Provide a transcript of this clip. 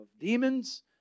demons